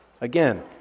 again